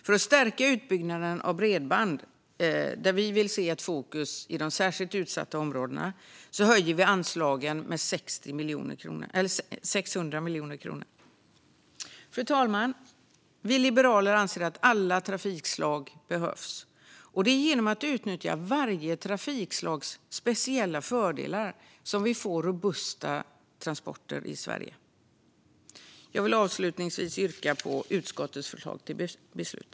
För att stärka utbyggnaden av bredband, där vi vill se ett fokus på de särskilt utsatta områdena, höjer vi anslagen med 600 miljoner kronor. Fru talman! Vi liberaler anser att alla trafikslag behövs, och det är genom att utnyttja varje trafikslags speciella fördelar som vi får robusta transporter i Sverige. Jag vill avslutningsvis yrka bifall till utskottets förslag till beslut.